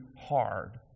hard